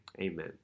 Amen